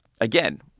Again